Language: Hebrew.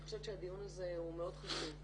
אני חושבת שהדיון הזה הוא מאוד חשוב.